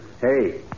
Hey